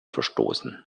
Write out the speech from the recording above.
verstoßen